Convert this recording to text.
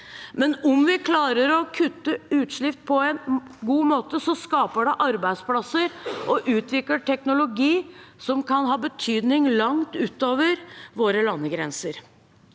vi samtidig klarer å kutte utslipp på en god måte, skaper det arbeidsplasser og utvikler teknologi som kan ha betydning langt utover våre landegrenser.